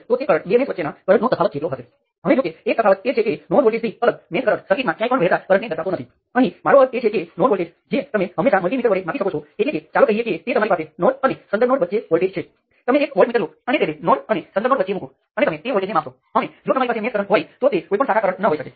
તેથી તે કિસ્સામાં નોડલ વિશ્લેષણની તુલનામાં મેશ વિશ્લેષણ અથવા લૂપ વિશ્લેષણ કરવું સરળ છે પરંતુ મોટાભાગે નોડલ વિશ્લેષણનો સામાન્ય રીતે ઉપયોગ કરવામાં આવે છે અને તેનો ઉપયોગ સર્કિટ સ્ટિમ્યુલેટરમાં પણ થાય છે